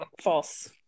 false